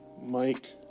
Mike